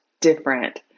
different